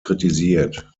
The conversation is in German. kritisiert